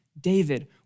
David